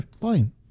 Fine